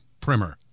primer